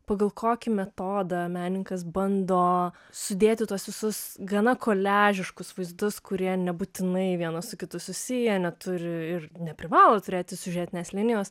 pagal kokį metodą menininkas bando sudėti tuos visus gana koliažiškus vaizdus kurie nebūtinai vienas su kitu susiję neturi ir neprivalo turėti siužetinės linijos